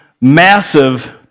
massive